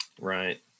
Right